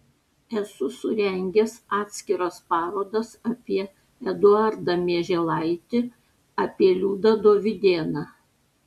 esu surengęs atskiras parodas apie eduardą mieželaitį apie liudą dovydėną